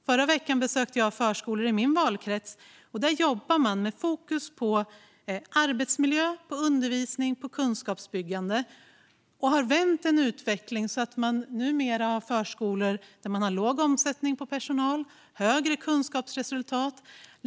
Förra veckan besökte jag förskolor i min valkrets, och där jobbar man med fokus på arbetsmiljö, undervisning och kunskapsbyggande och har vänt utvecklingen så att man numera har låg omsättning på personal och högre kunskapsresultat.